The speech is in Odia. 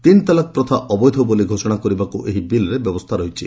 ତିନିତଲାକ୍ ପ୍ରଥା ଅବୈଧ ବୋଲି ଘୋଷଣା କରିବାକୁ ଏହି ବିଲ୍ରେ ବ୍ୟବସ୍ଥା ରହିଛି